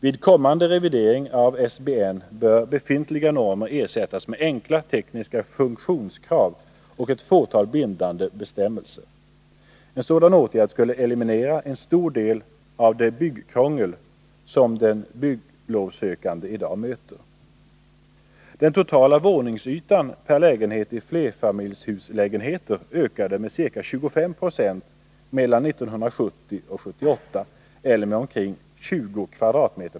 Vid kommande revidering av SBN bör befintliga normer ersättas med enkla tekniska funktionskrav och ett fåtal bindande bestämmelser. En sådan åtgärd skulle eliminera en stor del av det byggkrångel som den bygglovssökande i dag möter. Den totala våningsytan per lägenhet i flerfamiljshuslägenheter ökade med ca 25 90 mellan 1970 och 1978, eller med omkring 20 m?